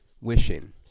wishing